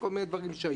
והרבנים.